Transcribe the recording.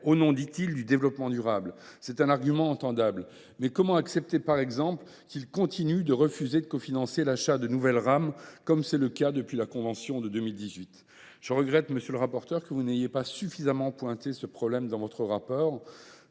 au nom, dit il, du développement durable. C’est un argument qui peut s’entendre. Mais comment accepter, par exemple, que ce pays continue de refuser de cofinancer l’achat de nouvelles rames, comme c’est le cas depuis la convention de 2018 ? Je regrette, monsieur le rapporteur, que vous n’ayez pas suffisamment pointé ce problème dans votre rapport,